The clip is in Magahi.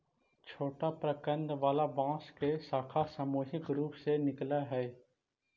छोटा प्रकन्द वाला बांस के शाखा सामूहिक रूप से निकलऽ हई